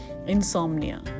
insomnia